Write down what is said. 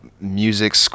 music